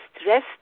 stress